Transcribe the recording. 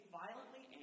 violently